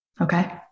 Okay